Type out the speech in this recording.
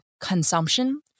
consumption